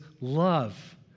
love